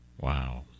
Wow